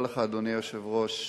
אדוני היושב-ראש,